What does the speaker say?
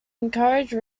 encourage